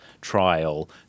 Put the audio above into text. trial